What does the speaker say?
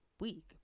week